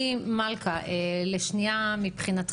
נעבור לקופות